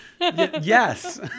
Yes